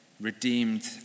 redeemed